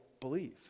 believe